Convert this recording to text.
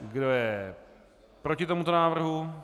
Kdo je proti tomuto návrhu?